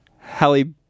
Hallie